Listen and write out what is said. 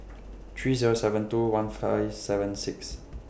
three Zero seven two one Fly seven six